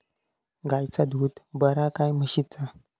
गायचा दूध बरा काय म्हशीचा?